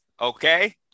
okay